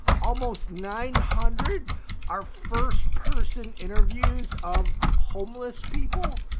almost nine hundred are first person interviews of homeless people.